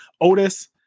Otis